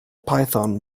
python